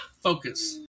focus